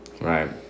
Right